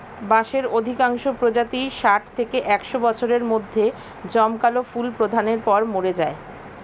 বাঁশের অধিকাংশ প্রজাতিই ষাট থেকে একশ বছরের মধ্যে জমকালো ফুল প্রদানের পর মরে যায়